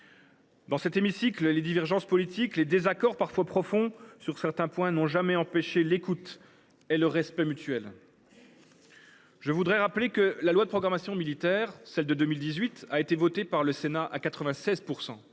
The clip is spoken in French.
Dans cet hémicycle, les divergences politiques et les désaccords, parfois profonds sur certains points, n’ont jamais empêché l’écoute de chacun et le respect mutuel. Je le rappelle, la loi de programmation militaire (LPM) de 2018 a été votée au Sénat par 96